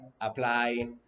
apply